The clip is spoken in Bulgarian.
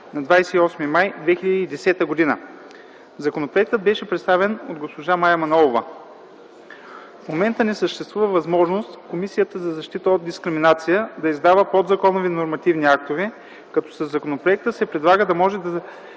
на 28 май 2010 г. Законопроектът беше представен от госпожа Мая Манолова. В момента не съществува възможност Комисията за защита от дискриминация да издава подзаконови нормативни актове, като със законопроекта се предлага да може да